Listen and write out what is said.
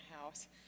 house